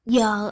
Giờ